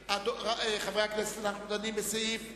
חברי הכנסת, אנחנו דנים בסעיף 56: